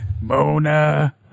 Mona